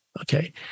okay